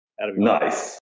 Nice